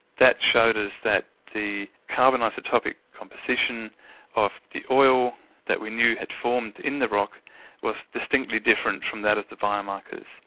that showed us that the carbon isotopic composition of the oil that we knew had formed in the rock was distinctly different from that of the biomarkers.